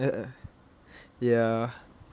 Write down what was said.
ya